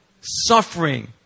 suffering